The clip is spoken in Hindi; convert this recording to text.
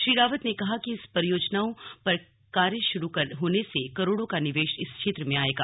श्री रावत ने कहा कि इन परियोजनाओं पर कार्ये शुरू होने से करोड़ों का निवेश इस क्षेत्र में आयेगा